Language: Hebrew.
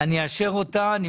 אבל אני מאשר אותה כי